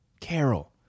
Carol